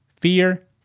fear